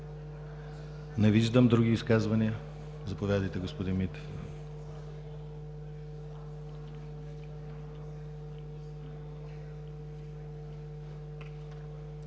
Не виждам. Други изказвания? Заповядайте, господин Митев.